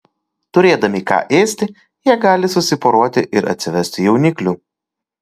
turėdami ką ėsti jie gali susiporuoti ir atsivesti jauniklių